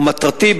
ומטרתי,